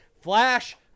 Flash